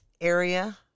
area